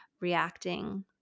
reacting